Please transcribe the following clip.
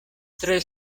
tre